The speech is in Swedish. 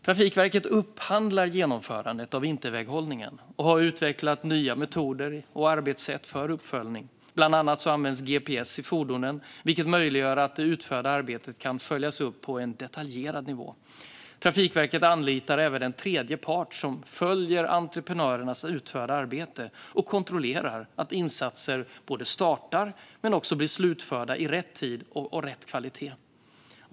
Trafikverket upphandlar genomförandet av vinterväghållningen och har utvecklat nya metoder och arbetssätt för uppföljning. Bland annat används gps i fordonen, vilket möjliggör att det utförda arbetet följs upp på en detaljerad nivå. Trafikverket anlitar även en tredje part som följer entreprenörernas utförda arbete och som kontrollerar att insatser startar och blir slutförda i rätt tid samt att de håller rätt kvalitet.